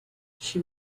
she